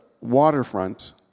waterfront